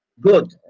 good